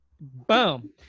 Boom